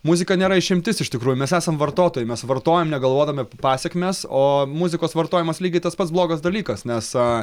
muzika nėra išimtis iš tikrųjų mes esam vartotojai mes vartojam negalvodami apie pasekmes o muzikos vartojimas lygiai tas pats blogas dalykas nes